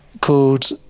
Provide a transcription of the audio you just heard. called